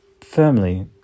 firmly